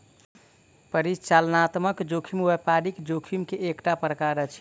परिचालनात्मक जोखिम व्यापारिक जोखिम के एकटा प्रकार अछि